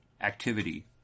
activity